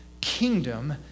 kingdom